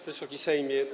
Wysoki Sejmie!